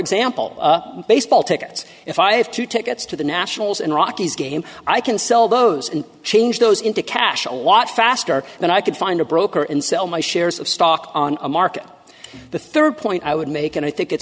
example baseball tickets if i have two tickets to the nationals and rockies game i can sell those and change those into cash a lot faster than i could find a broker and sell my shares of stock on a market the third point i would make and i think it's